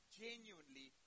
genuinely